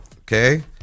okay